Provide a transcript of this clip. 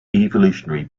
evolutionary